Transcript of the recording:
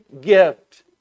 gift